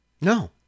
No